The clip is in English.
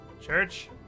Church